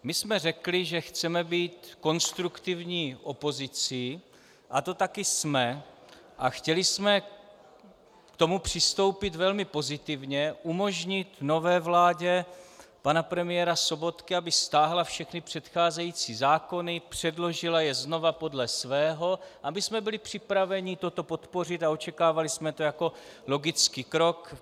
My jsme řekli, že chceme být konstruktivní opozicí, a to také jsme, a chtěli jsme k tomu přistoupit velmi pozitivně, umožnit nové vládě pana premiéra Sobotky, aby stáhla všechny předcházející zákony, předložila je znovu podle svého, a byli jsme připraveni toto podpořit a očekávali jsme to jako logický krok.